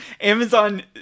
Amazon